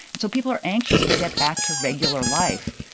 so people are anxious to get back to regular life.